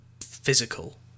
physical